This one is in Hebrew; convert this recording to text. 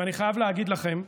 ואני חייב להגיד לכם,